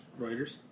Reuters